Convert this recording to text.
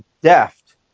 deft